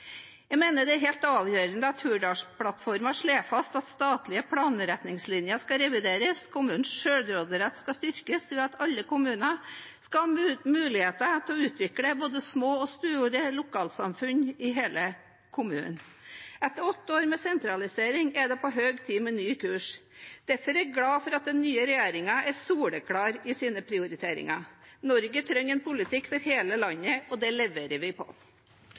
Jeg mener det er helt avgjørende at Hurdalsplattformen slår fast at statlige planretningslinjer skal revideres. Kommunenes selvråderett skal styrkes ved at alle kommuner skal ha muligheter til å utvikle både små og store lokalsamfunn i hele kommunen. Etter åtte år med sentralisering er det på høy tid med ny kurs. Derfor er jeg glad for at den nye regjeringen er soleklar i sine prioriteringer. Norge trenger en politikk for hele landet, og det leverer vi på.